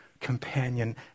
companion